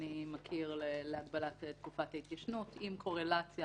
שאדוני מכיר, להגבלת תקופת ההתיישנות, עם קורלציה